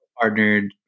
partnered